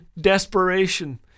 desperation